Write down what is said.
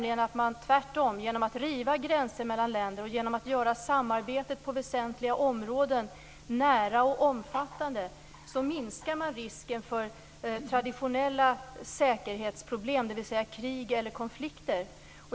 Genom att tvärtom riva gränser mellan länder och genom att göra samarbetet på väsentliga områden nära och omfattande minskar man risken för traditionella säkerhetsproblem, dvs. krig eller konflikter.